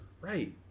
Right